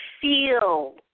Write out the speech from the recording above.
feel